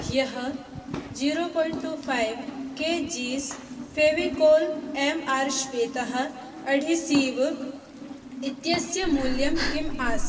ह्यः zero point two five kgs Fevicol M R श्वेतः adhesive इत्यस्य मूल्यं किम् आसीत्